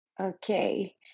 okay